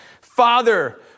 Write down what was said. Father